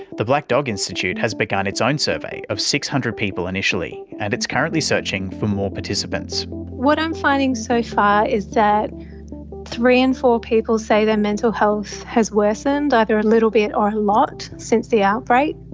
the black dog institute has begun its own survey of six hundred people initially, and it's currently searching for more participants. what i'm finding so far is that three in four people say their mental health has worsened, either a little bit or a lot since the outbreak.